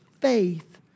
faith